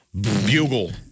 bugle